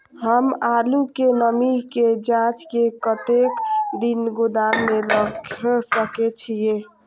हम आलू के नमी के जाँच के कतेक दिन गोदाम में रख सके छीए?